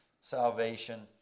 salvation